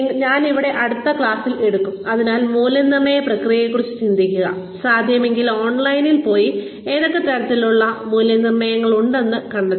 ഞങ്ങൾ ഇവിടെ നിന്ന് അടുത്ത ക്ലാസിൽ എടുക്കും അതിനാൽ മൂല്യനിർണ്ണയ പ്രക്രിയയെക്കുറിച്ച് ചിന്തിക്കുക സാധ്യമെങ്കിൽ ഓൺലൈനിൽ പോയി ഏതൊക്കെ തരത്തിലുള്ള മൂല്യനിർണ്ണയങ്ങൾ ഉണ്ടെന്ന് കണ്ടെത്തുക